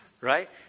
Right